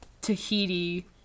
Tahiti